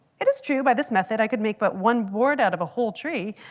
it is true by this method i could make but one board out of a whole tree.